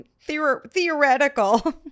theoretical